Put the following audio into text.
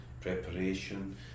preparation